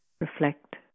Reflect